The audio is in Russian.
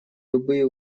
любые